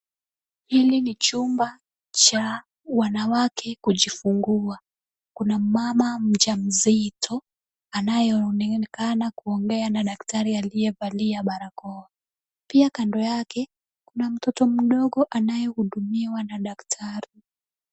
Hili ni chumba cha wanawake kujifunguwa, kuna mama mjamzito anayeonekana kuongea na daktari aliyevalia barakoa, pia kando yake kuna mtoto mdogo anayehudumiwa na daktari.